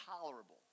tolerable